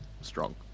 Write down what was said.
strong